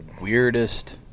weirdest